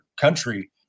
country